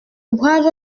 brave